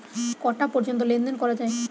কটা পর্যন্ত লেন দেন করা য়ায়?